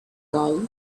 girl